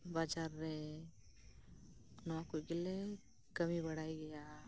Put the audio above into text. ᱵᱟᱡᱟᱨ ᱨᱮ ᱱᱚᱶᱟ ᱠᱚᱜᱮᱞᱮ ᱠᱟᱹᱢᱤ ᱵᱟᱲᱟᱭ ᱜᱮᱭᱟ